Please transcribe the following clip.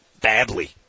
badly